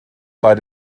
bei